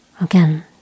Again